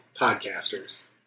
podcasters